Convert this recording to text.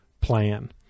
plan